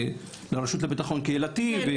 לרשות לביטחון קהילתי.